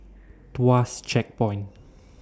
Tuas Checkpoint